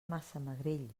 massamagrell